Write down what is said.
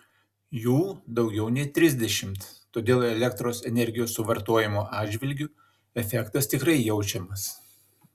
jų daugiau nei trisdešimt todėl elektros energijos suvartojimo atžvilgiu efektas tikrai jaučiamas